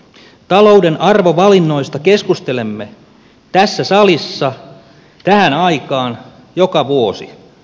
talouden arvovalinnoista keskustelemme tässä salissa tähän aikaan joka vuosi